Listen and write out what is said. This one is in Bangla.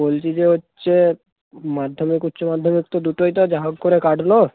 বলছি যে হচ্ছে মাধ্যমিক উচ্চ মাধ্যমিক তো দুটোই তো যাহোক করে কাটলো